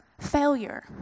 Failure